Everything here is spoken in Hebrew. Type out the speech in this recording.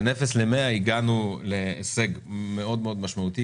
בין אפס למאה הגענו להישג מאוד מאוד משמעותי.